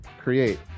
Create